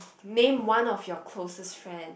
name one of your closest friend